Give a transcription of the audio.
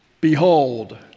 Behold